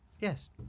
Yes